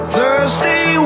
Thursday